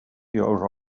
your